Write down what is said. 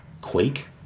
Quake